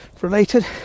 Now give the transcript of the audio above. related